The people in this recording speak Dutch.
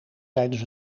tijdens